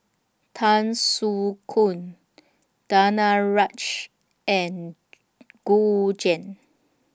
Tan Soo Khoon Danaraj and Gu Juan